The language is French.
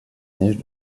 neiges